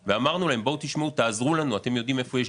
ואמרנו להם שיעזרו לנו כי הם יודעים היכן יש